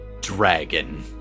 dragon